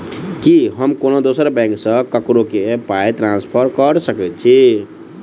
की हम कोनो दोसर बैंक सँ ककरो केँ पाई ट्रांसफर कर सकइत छि?